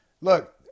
look